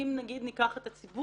אם למשל ניקח את הציבור,